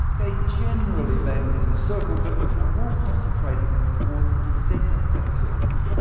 they generally land within a circle, but are more concentrated toward the centre of that circle.